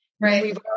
Right